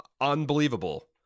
unbelievable